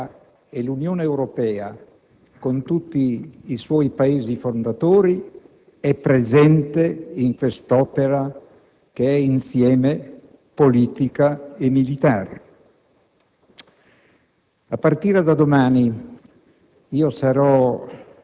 inoltre, perché l'Alleanza atlantica e l'Unione Europea, con tutti i suoi Paesi fondatori, sono presenti in quest'opera che è insieme politica e militare.